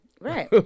Right